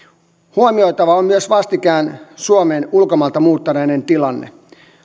huomioitava on myös vastikään suomeen ulkomailta muuttaneiden tilanne